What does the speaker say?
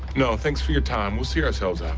no, thanks for you time. we'll see ourselves